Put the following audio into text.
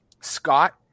Scott